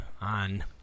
on